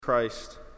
Christ